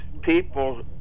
people